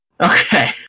Okay